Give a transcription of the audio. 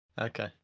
Okay